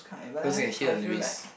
don't sing and hear the lyrics